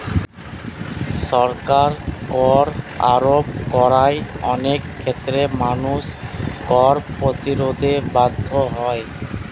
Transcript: সরকার কর আরোপ করায় অনেক ক্ষেত্রে মানুষ কর প্রতিরোধে বাধ্য হয়